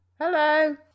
Hello